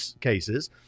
cases